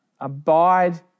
abide